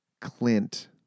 Clint